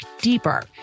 deeper